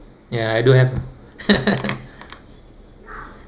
ya I do have